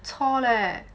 chor leh